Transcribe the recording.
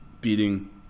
beating